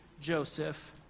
Joseph